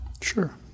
Sure